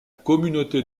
communauté